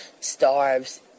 starves